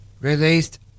released